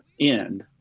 end